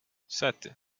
sete